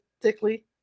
thickly